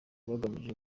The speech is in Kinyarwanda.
bagamije